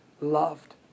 loved